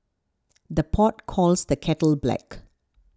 the pot calls the kettle black